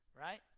right